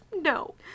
No